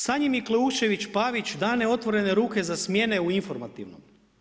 Sanji Mikleušević Pavić dane otvorene ruke za smjene u informativnom.